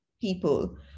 people